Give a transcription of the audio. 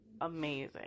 amazing